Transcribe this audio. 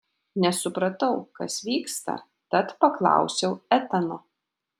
nesupratau kas vyksta tad paklausiau etano